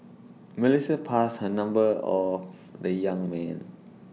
Melissa passed her number or the young man